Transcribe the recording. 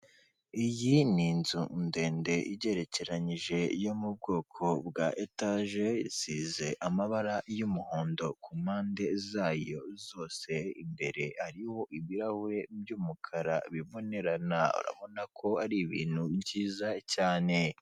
Iyi ni inzu ndende igerekeranije yo mu bwoko bwa etaje isize amabara y'umuhondo ku mpande zayo zose, imbere hariho ibirahure by'umukara bibonerana urabona ko ari ibintu byiza cyane.